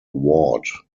ward